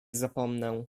zapomnę